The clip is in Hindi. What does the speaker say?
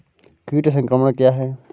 कीट संक्रमण क्या है?